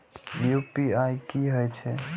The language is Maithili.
यू.पी.आई की होई छै?